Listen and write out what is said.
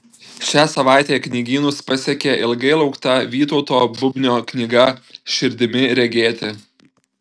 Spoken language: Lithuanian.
šią savaitę knygynus pasiekė ilgai laukta vytauto bubnio knyga širdimi regėti